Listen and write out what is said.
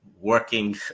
Working